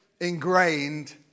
ingrained